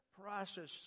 process